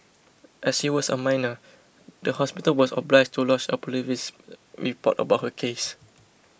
as she was a minor the hospital was obliged to lodge a police report about her case